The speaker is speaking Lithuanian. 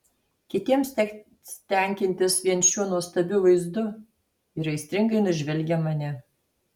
kitiems teks tenkintis vien šiuo nuostabiu vaizdu ir aistringai nužvelgia mane